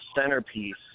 centerpiece